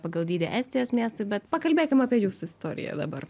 pagal dydį estijos miestui bet pakalbėkim apie jūsų istoriją dabar